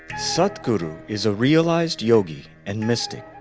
sadhguru is a realized yogi and mystic,